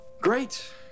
Great